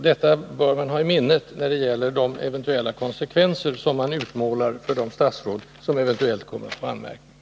Detta bör vi ha i minnet när man utmålar konsekvenserna för de statsråd som eventuellt kommer att få anmärkning.